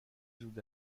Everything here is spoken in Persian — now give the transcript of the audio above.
زود